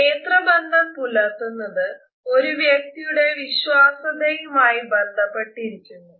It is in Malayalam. നേത്രബന്ധം പുലർത്തുന്നത് ഒരു വ്യക്തിയുടെ വിശ്വാസ്യതയുമായ് ബന്ധപ്പെട്ടിരിക്കുന്നു